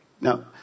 Now